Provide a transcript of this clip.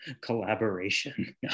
Collaboration